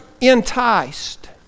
enticed